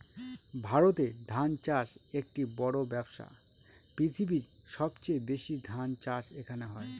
ভারতে ধান চাষ একটি বড়ো ব্যবসা, পৃথিবীর সবচেয়ে বেশি ধান চাষ এখানে হয়